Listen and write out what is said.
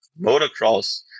motocross